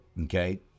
okay